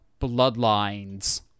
Bloodlines